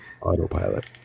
Autopilot